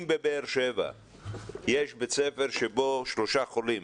בבאר שבע יש בית ספר שבו שלושה חולים,